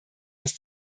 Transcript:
ist